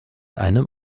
einem